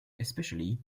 especially